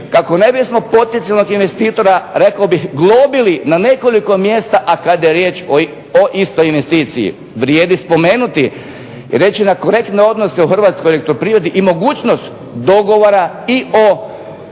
kako ne bismo poticajnog investitora rekao bih globili na nekoliko mjesta, a kada je riječ o istoj investiciji. Vrijedi spomenuti i reći na korektne odnose u Hrvatskoj elektroprivredi i mogućnost dogovora i o